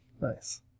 Nice